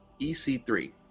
EC3